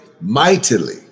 mightily